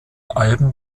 alben